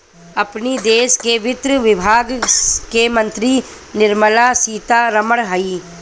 अपनी देस के वित्त विभाग के मंत्री निर्मला सीता रमण हई